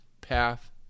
path